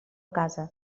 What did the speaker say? casa